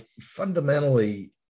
fundamentally